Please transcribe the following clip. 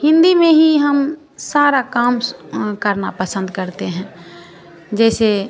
हिन्दी में ही हम सारा काम करना पसंद करते हैं जैसे